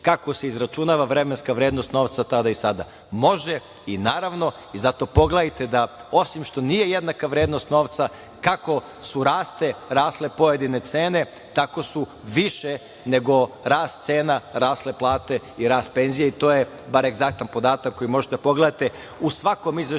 kako se izračunava vremenska vrednost novca tada i sada. Može i naravno i zato pogledajte da osim što nije jednaka vrednost novca, kako su rasle pojedine cene, tako su više nego rast cena rasle plate i rast penzija i to je bar egzaktan podatak koji možete da pogledate u svakom izveštaju